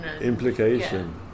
Implication